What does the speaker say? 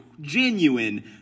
genuine